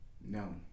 No